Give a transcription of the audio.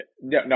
no